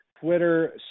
Twitter